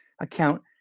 account